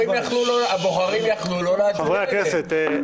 הבוחרים יכלו לא להצביע לו.